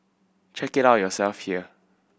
check it out yourself here